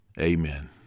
Amen